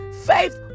faith